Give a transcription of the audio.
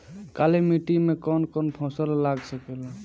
काली मिट्टी मे कौन कौन फसल लाग सकेला?